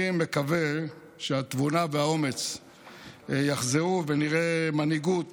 אני מקווה שהתבונה והאומץ יחזרו, ונראה מנהיגות